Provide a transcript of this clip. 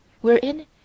wherein